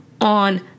on